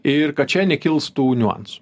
ir kad čia nekils tų niuansų